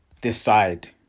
decide